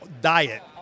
Diet